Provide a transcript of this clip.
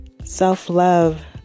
Self-love